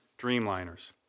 Dreamliners